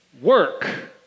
work